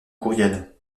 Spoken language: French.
courriel